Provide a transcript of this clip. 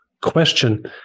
question